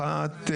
אחת,